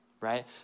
right